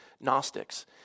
Gnostics